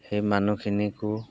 সেই মানুহখিনিকো